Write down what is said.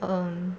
um